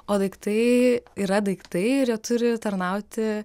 o daiktai yra daiktai ir jie turi tarnauti